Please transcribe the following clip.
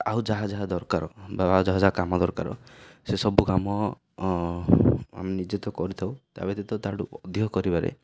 ଆଉ ଯାହା ଯାହା ଦରକାର ବା ଆଉ ଯାହା ଯାହା କାମ ଦରକାର ସେସବୁ କାମ ଆମେ ନିଜେ ତ କରିଥାଉ ତା' ବ୍ୟତୀତ ତା'ଠୁ ଅଧିକ କରିବାରେ